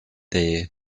there